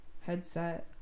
headset